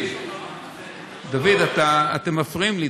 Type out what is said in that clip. דוד, אתם מפריעים לי.